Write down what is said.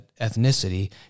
ethnicity